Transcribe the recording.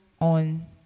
on